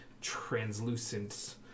translucent